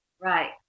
Right